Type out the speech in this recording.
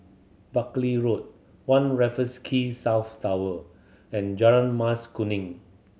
Buckley Road One Raffles Key South Tower and Jalan Mas Kuning